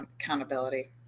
accountability